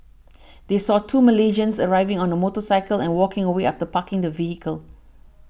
they saw two Malaysians arriving on a motorcycle and walking away after parking the vehicle